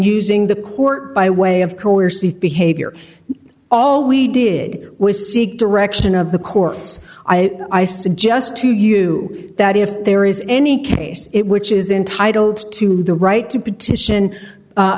using the court by way of coercive behavior all we did was seek direction of the courts i suggest to you that if there is any case it which is entitle to the right to petition